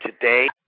today